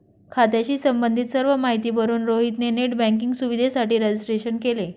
खात्याशी संबंधित सर्व माहिती भरून रोहित ने नेट बँकिंग सुविधेसाठी रजिस्ट्रेशन केले